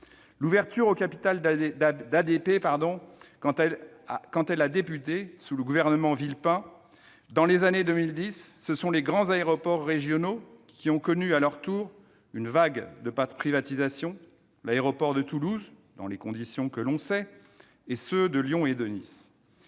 L'ouverture du capital d'ADP a, quant à elle, débuté sous le gouvernement Villepin. Dans les années 2010, ce sont les grands aéroports régionaux qui ont connu à leur tour une vague de privatisations : l'aéroport de Toulouse, dans les conditions que l'on sait, et ceux de Lyon et de Nice.